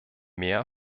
meer